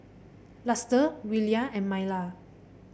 Luster Willia and Myla